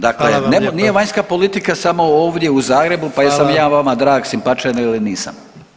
Dakle, [[Upadica: Hvala vam lijepa.]] nije vanjska politika samo ovdje u Zagrebu pa jesam li [[Upadica: Hvala.]] ja vama drag, simpatičan ili nisam.